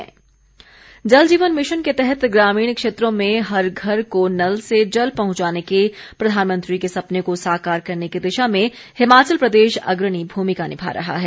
Jal Jeevan mission Jal Jeevan mission के तहत ग्रामीण क्षेत्रों में हर घर को नल से जल पहुंचाने के प्रधानमंत्री के सपने को साकार करने की दिशा में हिमाचल प्रदेश अग्रणी भूमिका निभा रहा है